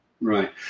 Right